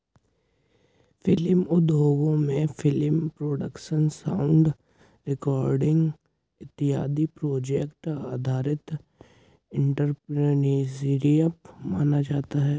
film उद्योगों में film production sound recording इत्यादि प्रोजेक्ट आधारित एंटरप्रेन्योरशिप माना जाता है